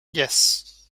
yes